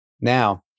Now